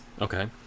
Okay